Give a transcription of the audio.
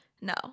No